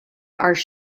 are